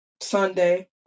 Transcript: Sunday